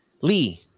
Lee